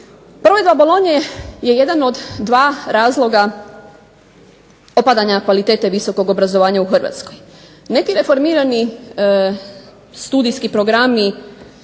Prvi do Bolonje je jedan od dva razloga opadanje kvalitete visokog obrazovanja u Hrvatskoj. Neki reformirani studijski programi,